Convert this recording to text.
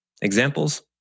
Examples